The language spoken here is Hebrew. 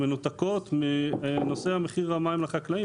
מנותקות מנושא מחיר המים לחקלאית,